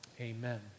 Amen